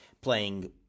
playing